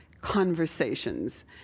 conversations